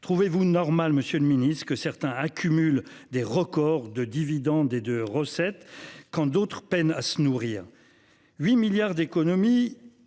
Trouvez-vous normal Monsieur le Ministre, que certains accumule des records de dividendes et de recettes quand d'autres peinent à se nourrir 8